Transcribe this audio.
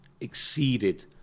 exceeded